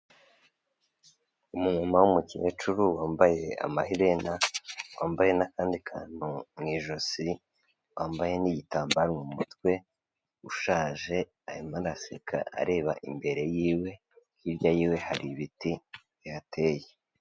Umumama w'umukecuru wambaye amaherena, wambaye n'akandi kantu mu ijosi, wambaye n'igitambaro mu mutwe, ushaje arimo araseka areba imbere yiwe, hirya yiwe hari ibiti bihateye.